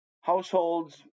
households